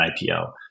IPO